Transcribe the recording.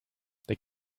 they